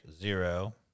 zero